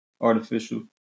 Artificial